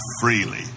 freely